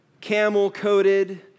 camel-coated